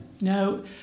Now